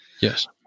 yes